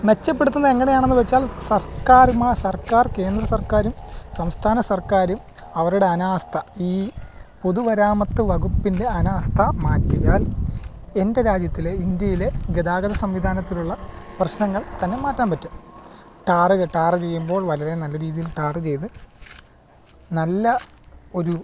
മെച്ചപ്പെടുത്തുന്നത് എങ്ങനെയാണെന്ന് വെച്ചാൽ സർക്കാർ സർക്കാർ കേന്ദ്രസർക്കാരും സംസ്ഥാന സർക്കാരും അവരുടെ അനാസ്ഥ ഈ പൊതുമരാമത്ത് വകുപ്പിൻ്റെ അനാസ്ഥ മാറ്റിയാൽ എൻ്റെ രാജ്യത്തിലെ ഇന്ത്യയിലെ ഗതാഗത സംവിധാനത്തിലുള്ള പ്രശ്നങ്ങൾ തന്നെ മാറ്റാം പറ്റും ടാറ് ടാറ് ചെയ്യുമ്പോൾ വളരെ നല്ല രീതിയിൽ ടാറ് ചെയ്ത് നല്ല ഒരു